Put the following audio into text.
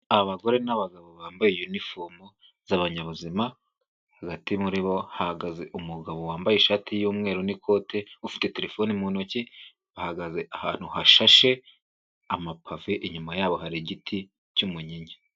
Abagore n'abagabo bambaye unifomu z'abanyabuzima, hagati muri bo hahagaze umugabo wambaye ishati y'umweru n'ikote ufite terefone mu ntoki. Ahagaze ahantu hashashe amapave, inyuma yabo hari igiti cy'umunyinya.